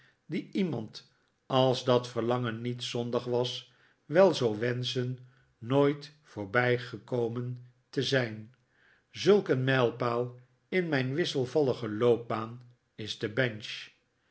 die iemand als dat verlangen niet zondig was wel zou wenschen nooit voorbijgekomen te zijn zulk een mijlpaal in mijn wisselvallige loopbaah is de bench